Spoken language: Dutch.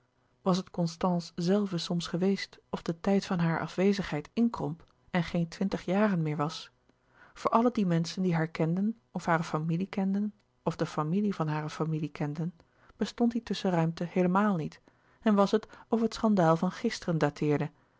was het constance zelve soms geweest of de tijd van hare afwezigheid inkromp en geen twintig jaren meer was voor alle die menschen die haar kenden of hare familie kenden of de familie van hare familie kenden bestond die tusschenruimte heelemaal niet en was het of het schandaal van gisteren dateerde